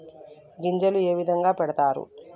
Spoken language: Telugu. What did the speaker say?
గింజలు ఏ విధంగా పెడతారు?